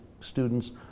students